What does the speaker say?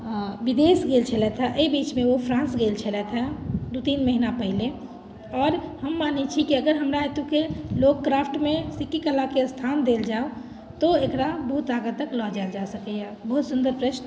विदेश गेल छलथिए एहि बीचमे ओ फ्रांस गेल छलथिए दू तीन महीना पहिने आओर हम मानैत छी कि अगर हमरा एतय के लोक क्राफ्टमे सिक्की कलाके स्थान देल जाय तऽ एकरा बहुत आगाँ तक लऽ जाएल जाइ सकैए बहुत सुन्दर प्रश्न